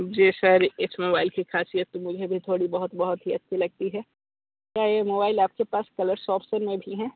जी sir इस mobile की खासियत तो मुझे भी थोड़ी बहुत बहुत ही अच्छी लगती है क्या यह मोबाइल आपके पास कलर्स ऑप्शन में भी हैं